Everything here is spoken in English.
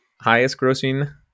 highest-grossing